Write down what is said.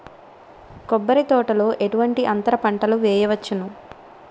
కొబ్బరి తోటలో ఎటువంటి అంతర పంటలు వేయవచ్చును?